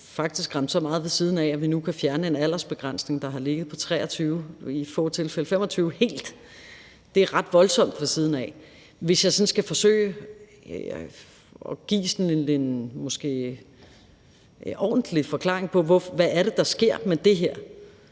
blevet ramt så meget ved siden af, at vi nu kan fjerne en aldersbegrænsning, der har ligget på 23 år og i få tilfælde på 25 år, helt. Det er ret voldsomt ramt ved siden af. Hvis jeg sådan skal forsøge at give en måske ordentlig forklaring på, hvad det er, det sker med det her,